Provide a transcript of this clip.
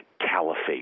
Caliphate